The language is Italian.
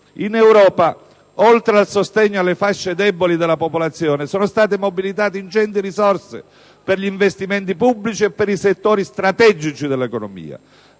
In Europa, oltre al sostegno alle fasce deboli della popolazione, sono state mobilitate ingenti risorse per gli investimenti pubblici e per i settori strategici dell'economia.